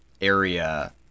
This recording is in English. area